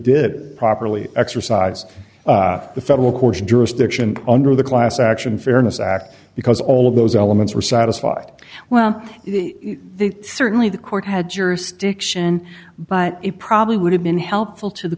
did properly exercise the federal court's jurisdiction under the class action fairness act because all of those elements were satisfied well if the certainly the court had jurisdiction but it probably would have been helpful to the